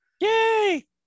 Yay